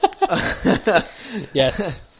Yes